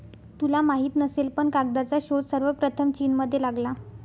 तुला माहित नसेल पण कागदाचा शोध सर्वप्रथम चीनमध्ये लागला